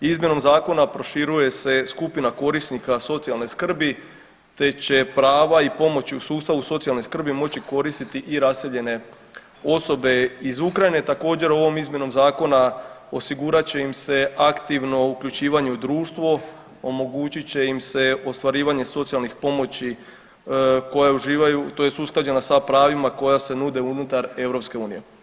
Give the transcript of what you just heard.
Izmjenom zakona proširuje se skupina korisnika socijalne skrbi te će prava i pomoć u sustavu socijalne skrbi moći koristiti i raseljene osobe iz Ukrajine. također ovom izmjenom zakona osigurat će im se aktivno uključivanje u društvo, omogućit će im se ostvarivanje socijalnih pomoći koje uživaju tj. usklađena sa pravima koja se nude unutar EU.